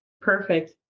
Perfect